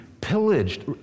pillaged